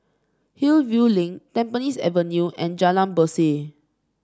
Hillview Link Tampines Avenue and Jalan Berseh